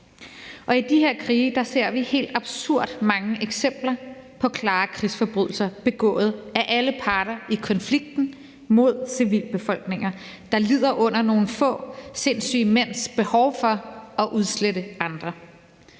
I de her krige ser vi helt absurd mange eksempler på klare krigsforbrydelser, begået af alle parter i konflikten, mod civilbefolkningen, der lider under nogle få sindssyge mænds behov for at udslette andre.